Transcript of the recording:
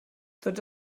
tots